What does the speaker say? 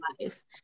lives